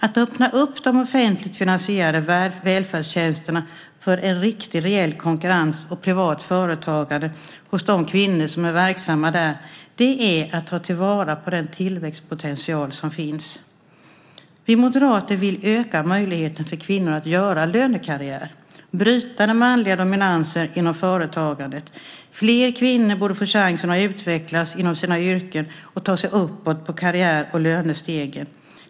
Att öppna upp de offentligt finansierade välfärdstjänsterna för en riktig, reell konkurrens och privat företagande hos de kvinnor som är verksamma där, det är att ta till vara den tillväxtpotential som finns. Vi moderater vill öka möjligheten för kvinnor att göra lönekarriär och bryta den manliga dominansen inom företagandet. Fler kvinnor borde få chansen att utvecklas inom sina yrken och ta sig uppåt på karriär och lönestegen.